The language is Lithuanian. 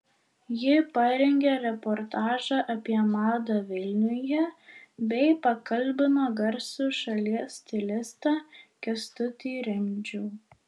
ji parengė reportažą apie madą vilniuje bei pakalbino garsų šalies stilistą kęstutį rimdžių